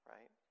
Right